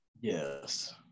Yes